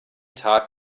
tag